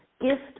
gift